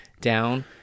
down